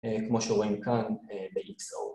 כמו שרואים כאן, ב-XO